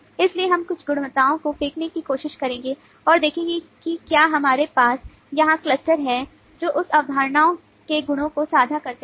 इसलिए हम कुछ अवधारणाओं को फेंकने की कोशिश करेंगे और देखेंगे कि क्या हमारे पास यहाँ क्लस्टर्स हैं जो उस अवधारणा के गुणों को साझा करते हैं